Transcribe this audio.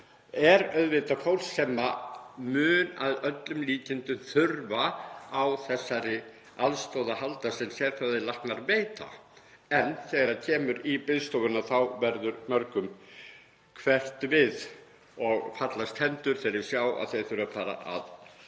er auðvitað fólk sem mun að öllum líkindum þurfa á þessari aðstoð að halda sem sérfræðilæknar veita. En þegar kemur í biðstofuna verður mörgum hverft við og fallast hendur þegar þeir sjá að þeir þurfa að fara að